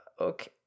okay